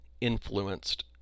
influenced